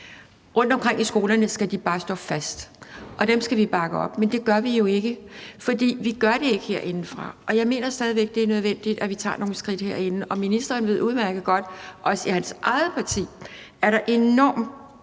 Rundtomkring i skolerne skal de bare stå fast, og dem skal vi bakke op. Men det gør vi jo ikke, for vi gør det ikke herindefra, og jeg mener stadig væk, at det er nødvendigt, at vi tager nogle skridt herinde. Ministeren ved udmærket godt, at der også i hans eget parti er enormt